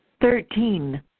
Thirteen